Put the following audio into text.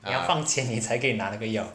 你要放钱你才可以拿那个药